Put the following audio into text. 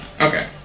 Okay